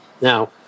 Now